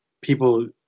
people